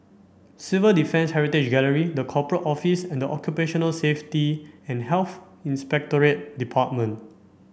Civil Defence Heritage Gallery The Corporate Office and Occupational Safety and Health Inspectorate Department